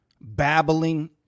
babbling